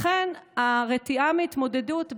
לכן הרתיעה מהתמודדות,